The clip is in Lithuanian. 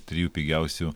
trijų pigiausių